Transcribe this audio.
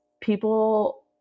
people